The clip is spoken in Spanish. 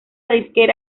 disquera